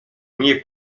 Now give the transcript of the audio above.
mnie